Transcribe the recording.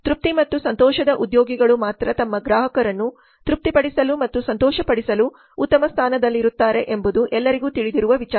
ತೃಪ್ತಿ ಮತ್ತು ಸಂತೋಷದ ಉದ್ಯೋಗಿಗಳು ಮಾತ್ರ ತಮ್ಮ ಗ್ರಾಹಕರನ್ನು ತೃಪ್ತಿಪಡಿಸಲು ಮತ್ತು ಸಂತೋಷಪಡಿಸಲು ಉತ್ತಮ ಸ್ಥಾನದಲ್ಲಿರುತ್ತಾರೆ ಎಂಬುದು ಎಲ್ಲರಿಗೂ ತಿಳಿದಿರುವ ವಿಚಾರ